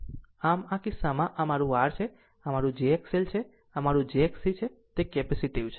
આમ આ કિસ્સામાં આ મારું R છે આ મારું jXL છે અને આ મારું છે jXC તે કેપેસિટીવ છે